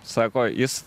sako jis